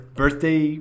birthday